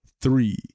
three